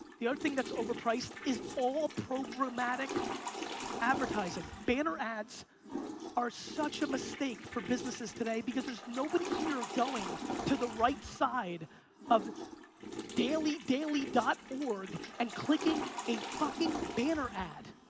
the other thing that's overpriced is all programmatic advertising, banner ads are such a mistake for businesses today because there's nobody here going to the right side of dailydaily dot org and clicking a fucking banner ad.